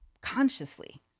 consciously